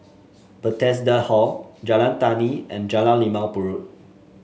Bethesda Hall Jalan Tani and Jalan Limau Purut